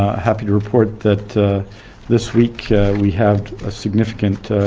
happy to report that this week we had a significant